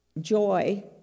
Joy